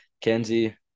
Kenzie